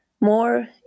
more